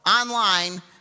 online